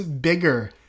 bigger